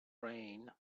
rain